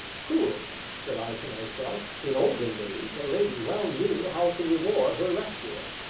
truly, said i to myself, in olden days a lady well knew how to reward her rescuer!